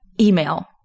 email